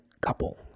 couple